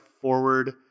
forward